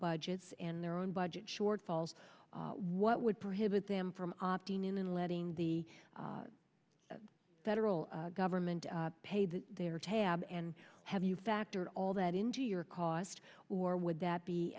budgets and their own budget shortfalls what would prohibit them from opting in and letting the federal government pay that their tab and have you factor all that into your cost or would that be